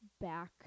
back